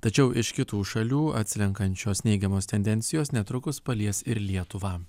tačiau iš kitų šalių atslenkančios neigiamos tendencijos netrukus palies ir lietuvą